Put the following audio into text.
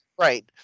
right